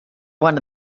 one